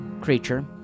creature